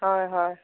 হয় হয়